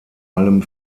allem